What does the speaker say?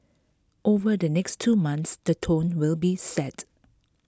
over the next two months the tone will be set